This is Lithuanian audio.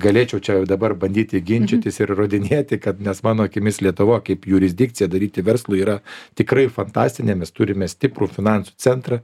galėčiau čia dabar bandyti ginčytis ir įrodinėti kad nes mano akimis lietuva kaip jurisdikcija daryti verslui yra tikrai fantastinė mes turime stiprų finansų centrą